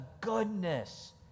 goodness